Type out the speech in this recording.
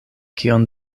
kion